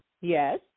yes